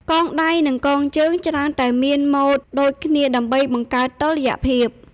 កងដៃនិងកងជើងច្រើនតែមានម៉ូដដូចគ្នាដើម្បីបង្កើតតុល្យភាព។